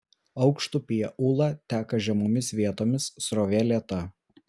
aukštupyje ūla teka žemomis vietomis srovė lėta